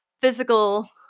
physical